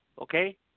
Okay